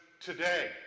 today